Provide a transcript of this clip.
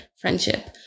friendship